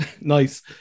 Nice